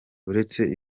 uretse